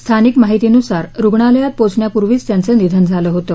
स्थानिक माहितीनुसार रुग्णालयात पोहोचण्यापूर्वीच त्यांचं निधन झालं होतं